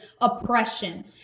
oppression